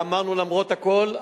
ואמרנו: למרות הכול,